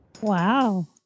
Wow